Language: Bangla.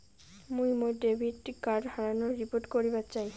মুই মোর ডেবিট কার্ড হারানোর রিপোর্ট করিবার চাই